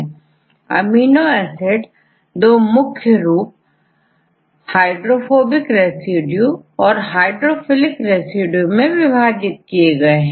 छात्र amino acid amino acid यह दो मुख्य ग्रुप हाइड्रोफोबिक रेसिड्यू और हाइड्रोफिलिक रेसिड्यू में विभाजित है